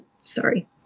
sorry